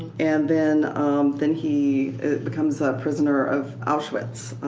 and then then he becomes a prisoner of auschwitz.